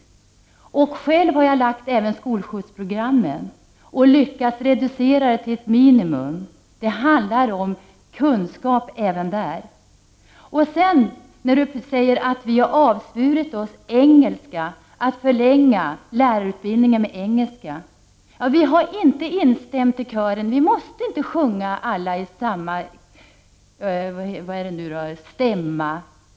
Jag har själv varit med och utarbetat skolskjutsprogram och lyckats reducera skjutsarna till ett minimum. Det handlar även i detta sammanhang om kunskap. Björn Samuelson säger vidare att vi har avsvurit oss en förlängning av lärarutbildningen vad gäller engelskan. Vi har inte instämt i den kören. Vi måste inte alla sjunga i samma stämma.